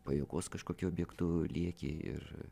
pajuokos kažkokiu objektu lieki ir